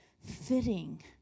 fitting